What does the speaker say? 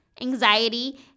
anxiety